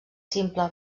simple